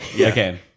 Okay